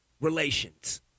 relations